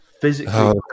physically